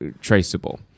traceable